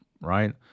right